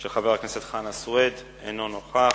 של חבר הכנסת חנא סוייד, אינו נוכח.